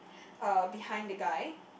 uh behind the guy